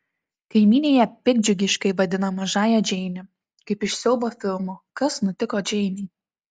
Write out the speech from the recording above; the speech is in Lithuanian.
kaimynė ją piktdžiugiškai vadina mažąja džeine kaip iš siaubo filmo kas nutiko džeinei